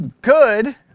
good